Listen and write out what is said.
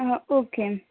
हं ओके